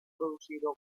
producido